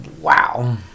Wow